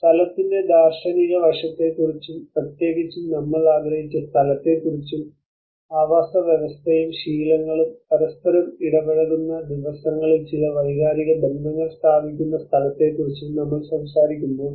സ്ഥലത്തിന്റെ ദാർശനിക വശത്തെക്കുറിച്ചും പ്രത്യേകിച്ചും നമ്മൾ ആഗ്രഹിച്ച സ്ഥലത്തെക്കുറിച്ചും ആവാസവ്യവസ്ഥയും ശീലങ്ങളും പരസ്പരം ഇടപഴകുന്ന ദിവസങ്ങളിൽ ചില വൈകാരിക ബന്ധങ്ങൾ സ്ഥാപിക്കുന്ന സ്ഥലത്തെക്കുറിച്ചും നമ്മൾ സംസാരിക്കുമ്പോൾ